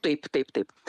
taip taip taip